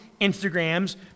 Instagram's